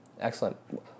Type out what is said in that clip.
Excellent